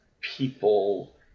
people